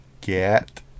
get